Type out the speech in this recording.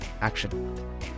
action